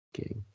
Okay